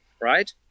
right